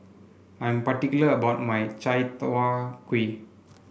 I'm particular about my Chai Tow Kway